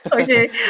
Okay